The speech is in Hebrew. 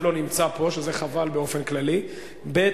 לא נמצא פה, שזה חבל באופן כללי, ב.